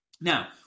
Now